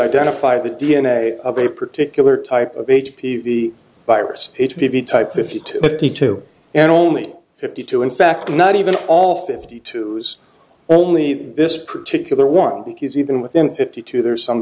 identify the d n a of a particular type of h p v virus if you type fifty two fifty two and only fifty two in fact not even all fifty two was only this particular one because even within fifty two there is some